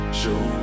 show